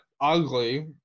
ugly